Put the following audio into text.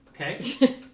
Okay